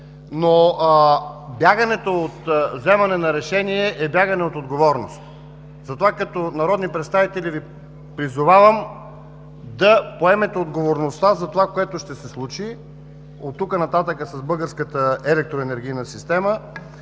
но бягането от вземане на решение е бягане от отговорност. Затова като народни представители Ви призовавам да поемете отговорността за това, което ще се случи от тук нататък с българската електроенергийна система.